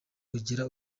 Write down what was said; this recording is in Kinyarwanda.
bugira